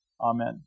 Amen